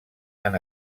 han